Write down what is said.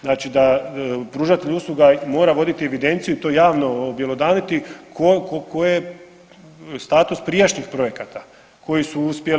Znači da pružatelj usluga mora voditi evidenciju i to javno objelodaniti koji je status prijašnjih projekata koji su uspjeli.